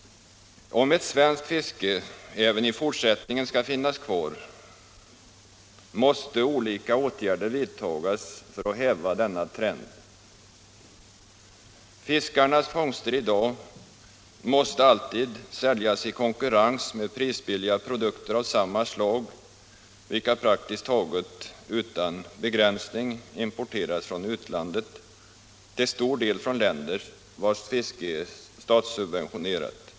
Om ett svenskt fiske även i fortsättningen skall finnas kvar, måste olika åtgärder vidtagas för att häva denna trend. Fiskarnas fångster i dag måste alltid säljas i konkurrens med billiga produkter av samma slag. Sådana importeras praktiskt taget utan begränsning från utlandet, till stor del från länder vilkas fiske är statssubventionerat.